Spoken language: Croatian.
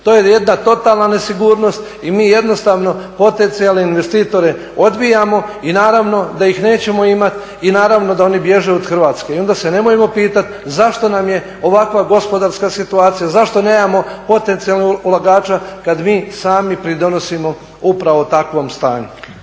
To je jedna totalna nesigurnost i mi jednostavno potencijalne investitore odbijamo i naravno da ih nećemo imati i naravno da oni bježe od Hrvatske. I onda se nemojmo pitati zašto nam je ovakva gospodarska situacija, zašto nemamo potencijalnog ulagača kad mi sami pridonosimo upravo takvom stanju.